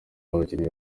abakinnyi